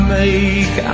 make